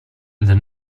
the